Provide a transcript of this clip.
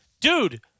dude